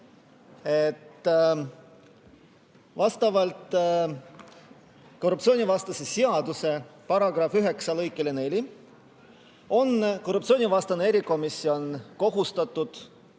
Vastavalt korruptsioonivastase seaduse § 9 lõikele 4 on korruptsioonivastane erikomisjon kohustatud